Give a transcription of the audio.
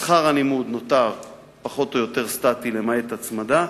שכר הלימוד נותר פחות או יותר סטטי למעט הצמדה.